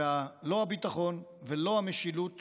ולא הביטחון ולא המשילות